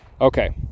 okay